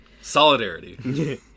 Solidarity